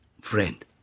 friend